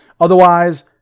Otherwise